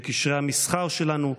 בקשרי המסחר שלנו,